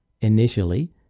Initially